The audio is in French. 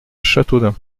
châteaudun